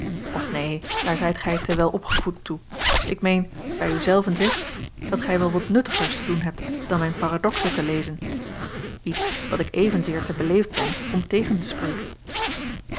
of neen daar zijt gij te welopgevoed toe ik meen bij u zelven zegt dat gij wel wat nuttigers te doen hebt dan mijn paradoxen te lezen iets wat ik evenzeer te beleefd ben om tegen te spreken